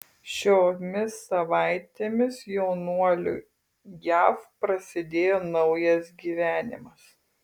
šiomis savaitėmis jaunuoliui jav prasidėjo naujas gyvenimas